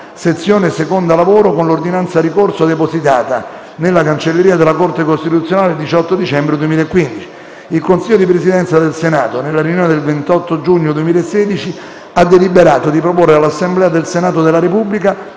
sezione seconda lavoro, con 1'ordinanza-ricorso depositata nella cancelleria della Corte costituzionale il 18 dicembre 2015. Il Consiglio di Presidenza del Senato, nella riunione del 28 giugno 2016, ha deliberato di proporre all'Assemblea del Senato della Repubblica